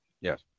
Yes